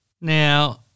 Now